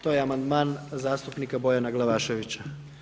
To je Amandman zastupnika Bojana Glavaševića.